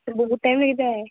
বহুত টাইম লাগি যায়